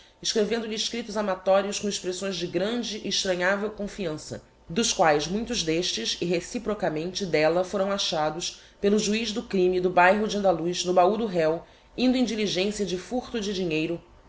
annos escrevendo-lhe escriptos amatorios com expressões de grande e estranhavel confiança dos quaes muitos d'estes e reciprocamente d'ella foram achados pelo juiz do crime do bairro de andaluz no bahú do réo indo em diligencia de furto de dinheiro